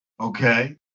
Okay